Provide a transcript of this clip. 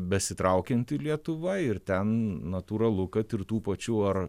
besitraukianti lietuva ir ten natūralu kad ir tų pačių ar